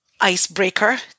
icebreaker